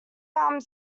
armed